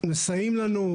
מסייעים לנו,